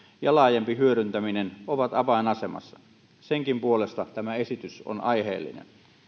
ja laajempi hyödyntäminen ovat avainasemassa senkin puolesta tämä esitys on aiheellinen